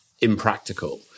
impractical